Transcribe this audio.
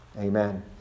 Amen